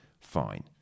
fine